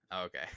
Okay